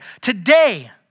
Today